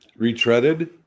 Retreaded